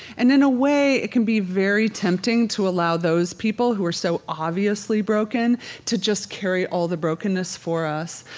and in a way, it can be very tempting to allow those people who are so obviously broken to just carry all of the brokenness for us.